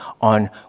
on